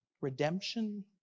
redemption